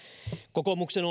kokoomuksen